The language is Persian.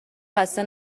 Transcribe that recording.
خسته